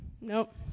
Nope